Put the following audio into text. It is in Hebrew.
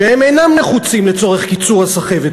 שאינם נחוצים לצורך קיצור הסחבת,